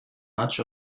much